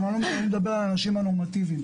אבל אני מדבר על האנשים הנורמטיביים.